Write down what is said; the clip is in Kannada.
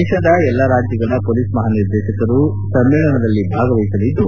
ದೇಶದ ಎಲ್ಲ ರಾಜ್ಗಳ ಮೊಲೀಸ್ ಮಹಾ ನಿರ್ದೇಶಕರು ಸಮಾವೇಶದಲ್ಲಿ ಭಾಗವಹಿಸಲಿದ್ದು